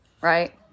right